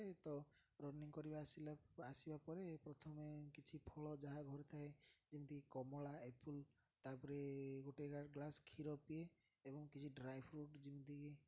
ତ ରନିଙ୍ଗ କରିବା ଆସିଲା ଆସିବା ପରେ ପ୍ରଥମେ କିଛି ଫଳ ଯାହା ଘରେ ଥାଏ ଯେମିତିକ କମଳା ଆପଲ୍ ତା'ପରେ ଗୋଟେ ଗ୍ଲାସ୍ କ୍ଷୀର ପିଏ ଏବଂ କିଛି ଡ୍ରାଏ ଫ୍ରୁଟ୍ ଯେମିତିକି